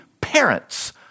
parents